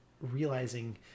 realizing